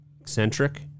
eccentric